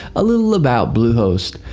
a little about bluehost.